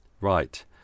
right